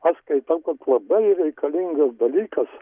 aš skaitau kad labai reikalingas dalykas